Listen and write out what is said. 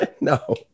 no